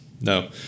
no